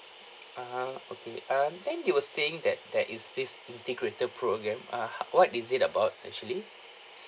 ah okay um then you were saying that there is this integrated programme ah h~ what is it about actually